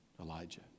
Elijah